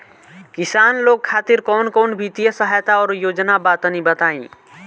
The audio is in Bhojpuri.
किसान लोग खातिर कवन कवन वित्तीय सहायता और योजना बा तनि बताई?